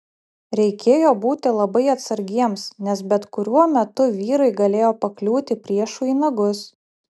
reikėjo būti labai atsargiems nes bet kuriuo metu vyrai galėjo pakliūti priešui į nagus